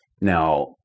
Now